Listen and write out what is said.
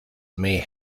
may